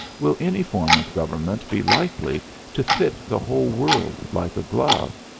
will any form of government be likely to fit the whole world like a glove?